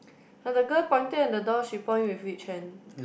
and the girl pointing at the door she point with which hand